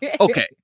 Okay